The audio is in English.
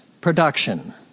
production